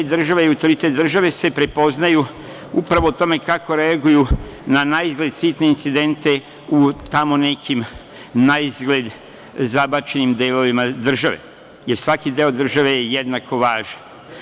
Država i autoritet države se prepoznaju upravo u tome kako reaguju na incidente u tamo nekim na izgled zabačenim delovima države, jer svaki deo države je jednako važan.